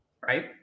right